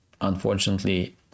unfortunately